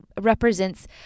represents